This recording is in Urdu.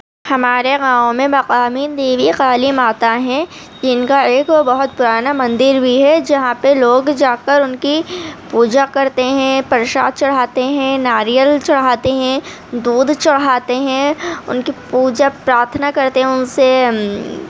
ہمارے گاؤں میں مقامی دیوی کالی ماتا ہیں ان کا ایک بہت پرانا مندر بھی ہے جہاں پہ لوگ جا کر ان کی پوجا کرتے ہیں پرشاد چڑھاتے ہیں ناریل چڑھاتے ہیں دودھ چڑھاتے ہیں ان کی پوجا پراتھنا کرتے ہیں ان سے